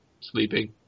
sleeping